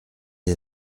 est